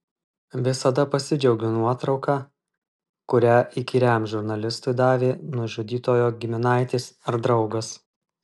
visada pasidžiaugiu nuotrauka kurią įkyriam žurnalistui davė nužudytojo giminaitis ar draugas